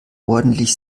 ordentlich